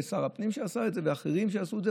שר הפנים עשה את זה, ואחרים עשו את זה.